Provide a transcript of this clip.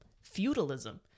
feudalism